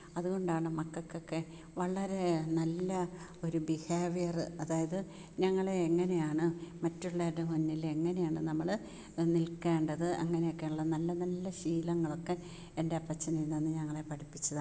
അതുകൊണ്ടാണ് മക്കൾക്കൊക്കെ വളരേ നല്ല ഒര് ബിഹേവിയറ് അതായത് ഞങ്ങളെ എങ്ങനെയാണ് മറ്റുള്ളവരുടെ മുന്നില് എങ്ങനെയാണ് നമ്മള് നിൽക്കേണ്ടത് അങ്ങനെയൊക്കെയ്ള്ള നല്ലനല്ല ശീലങ്ങളൊക്കെ എൻ്റെ അപ്പച്ചൻ എന്താന്ന് ഞങ്ങളെ പഠിപ്പിച്ചതാണ്